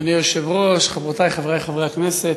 אדוני היושב-ראש, חברותי, חברי, חברי הכנסת,